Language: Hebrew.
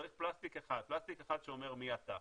צריך פלסטיק אחד, שאומר מי אתה.